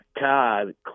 God